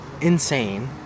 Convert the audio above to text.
insane